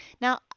Now